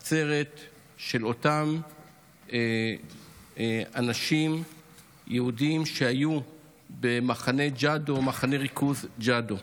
עצרת של אותם אנשים יהודים שהיו במחנה ריכוז ג'אדו.